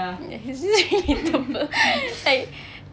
ya he's relatable like